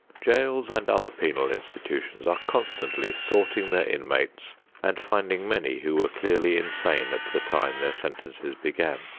jails and other penal institutions are constantly sorting their inmates and finding many who were clearly insane at the time their sentences began.